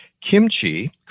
kimchi